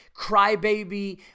crybaby